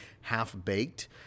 half-baked